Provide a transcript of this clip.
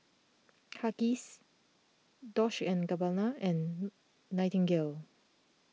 Huggies Dolce and Gabbana and Nightingale